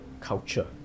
culture